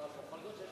אבל בכל זאת,